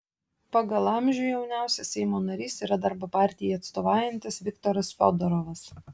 pagal amžių jauniausias seimo narys yra darbo partijai atstovaujantis viktoras fiodorovas